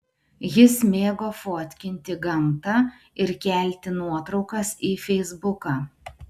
jis mėgo fotkinti gamtą ir kelti nuotraukas į feisbuką